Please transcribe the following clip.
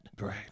Right